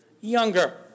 younger